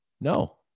No